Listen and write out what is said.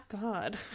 god